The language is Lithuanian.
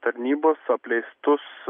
tarnybos apleistus